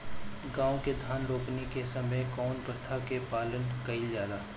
गाँव मे धान रोपनी के समय कउन प्रथा के पालन कइल जाला?